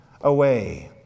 away